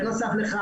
בנוסף לכך,